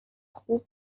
خوب